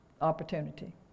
opportunity